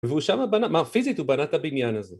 ‫והוא שם בנה... ‫פיזית הוא בנה את הבניין הזה.